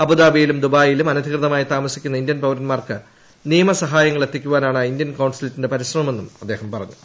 അബുദാബിയിലും ദുബായിലും അനധികൃതമായി താമസിക്കുന്ന ഇന്ത്യൻ പൌരന്മാർക്ക് നിയമസഹായങ്ങൾ എത്തിക്കുവാനാണ് ഇന്ത്യൻ കോൺസുലേറ്റിന്റെ പരിശ്രമമെന്നും അദ്ദേഹം പറഞ്ഞു